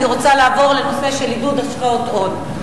אני רוצה לעבור לנושא של עידוד השקעות הון.